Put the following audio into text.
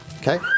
Okay